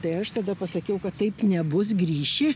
tai aš tada pasakiau kad taip nebus grįši